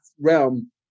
realm